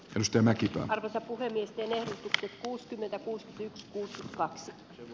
ristimäki alkuta puheviestinnän puustinen kuusi kuusi kaksi